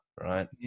right